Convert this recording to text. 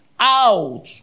out